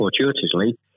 fortuitously